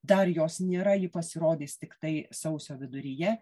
dar jos nėra ji pasirodys tiktai sausio viduryje